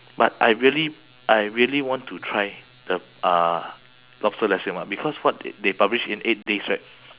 but I really I really want to try the uh lobster nasi lemak because what they publish in eight days right